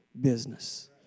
business